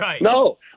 No